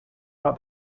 got